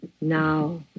Now